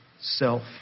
self